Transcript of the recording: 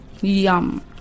Yum